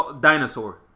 Dinosaur